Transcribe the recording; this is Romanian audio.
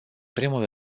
primul